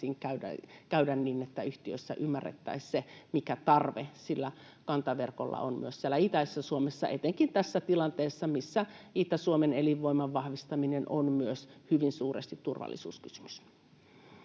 käydä niin, että yhtiössä ymmärrettäisiin se, mikä tarve sillä kantaverkolla on myös siellä itäisessä Suomessa etenkin tässä tilanteessa, missä Itä-Suomen elinvoiman vahvistaminen on myös hyvin suuresti turvallisuuskysymys.